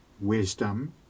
Wisdom